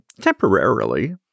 temporarily